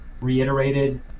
reiterated